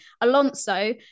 Alonso